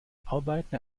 arbeiten